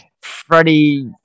Freddie